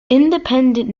independent